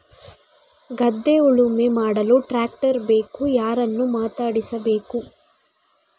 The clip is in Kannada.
ಗದ್ಧೆ ಉಳುಮೆ ಮಾಡಲು ಟ್ರ್ಯಾಕ್ಟರ್ ಬೇಕು ಯಾರನ್ನು ಮಾತಾಡಿಸಬೇಕು?